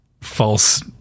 false